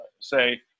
say